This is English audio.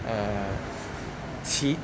uh 其